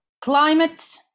Climate